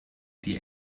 die